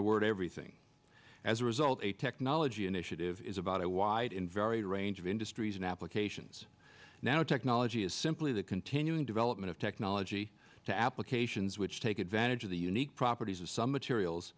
a word everything as a result a technology initiative is about a wide and varied range of industries and applications now technology is simply the continuing development of technology to applications which take advantage of the unique properties of some materials